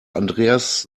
andreas